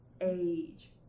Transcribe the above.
age